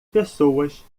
pessoas